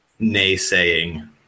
naysaying